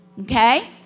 Okay